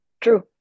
True